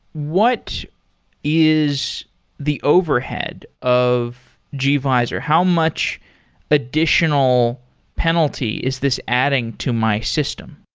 what is the overhead of gvisor? how much additional penalty is this adding to my system?